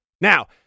Now